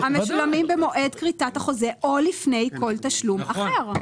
'המשולמים במועד כריתת החוזה או לפני כל תשלום אחר'.